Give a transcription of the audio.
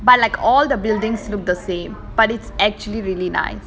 but like all the buildings look the same but it's actually really nice